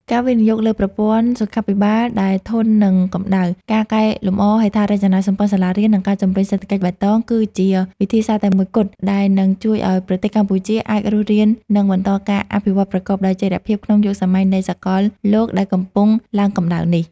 ការវិនិយោគលើប្រព័ន្ធសុខាភិបាលដែលធន់នឹងកម្ដៅ ការកែលម្អហេដ្ឋារចនាសម្ព័ន្ធសាលារៀន និងការជំរុញសេដ្ឋកិច្ចបៃតង គឺជាវិធីសាស្ត្រតែមួយគត់ដែលនឹងជួយឱ្យប្រទេសកម្ពុជាអាចរស់រាន និងបន្តការអភិវឌ្ឍប្រកបដោយចីរភាពក្នុងយុគសម័យនៃសកលលោកដែលកំពុងឡើងកម្ដៅនេះ។